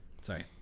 sorry